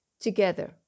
together